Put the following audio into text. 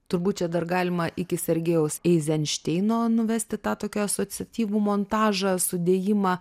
turbūt čia dar galima iki sergejaus eizenšteino nuvesti tą tokį asociatyvų montažą sudėjimą